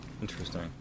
Interesting